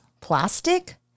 plastic